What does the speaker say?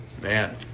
Man